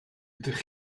ydych